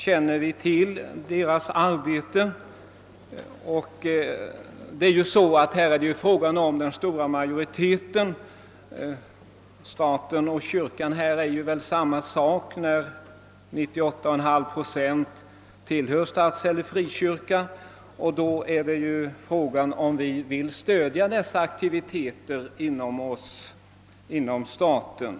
Staten och kyrkan borde strängt taget vara samma sak, eftersom 98,5 procent av alla medborgare tillhör statskyrkan eller någon frikyrka. Frågan är nu alltså, huruvida vi vill stödja dessa aktiviteter inom staten.